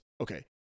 Okay